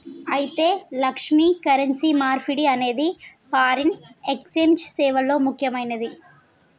అయితే లక్ష్మి, కరెన్సీ మార్పిడి అనేది ఫారిన్ ఎక్సెంజ్ సేవల్లో ముక్యమైనది